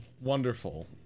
wonderful